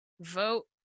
Vote